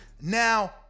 now